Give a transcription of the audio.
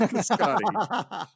Scotty